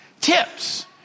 tips